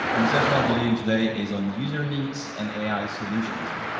and the session i'll be leading today is on user needs and ai solutionism.